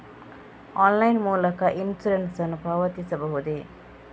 Online ಮೂಲಕ insurance ನ್ನು ಪಾವತಿಸಬಹುದೇ?